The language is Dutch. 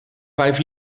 vijf